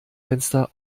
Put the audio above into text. fenster